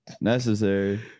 necessary